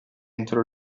entro